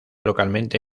localmente